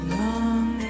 long